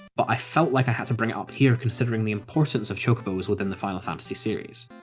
but i felt like i had to bring it up here considering the importance of chocobos within the final fantasy series.